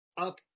up